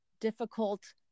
difficult